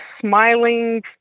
smiling